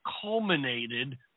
culminated